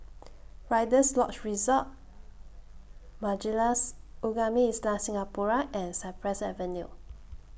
Rider's Lodge Resort Majlis Ugama Islam Singapura and Cypress Avenue